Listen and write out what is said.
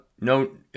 no